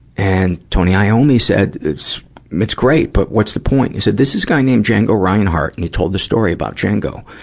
and, tony iommi said, it's it's great, but what's the point? he said, this is guy named django reinhardt. and he told the story about django.